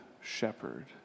shepherd